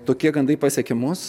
tokie gandai pasiekė mus